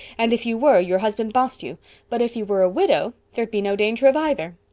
and if you were your husband bossed you but if you were a widow there'd be no danger of either.